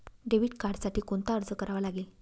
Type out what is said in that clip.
Debit कार्डसाठी कोणता अर्ज करावा लागेल?